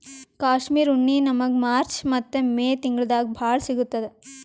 ಕಾಶ್ಮೀರ್ ಉಣ್ಣಿ ನಮ್ಮಗ್ ಮಾರ್ಚ್ ಮತ್ತ್ ಮೇ ತಿಂಗಳ್ದಾಗ್ ಭಾಳ್ ಸಿಗತ್ತದ್